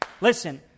listen